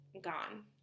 gone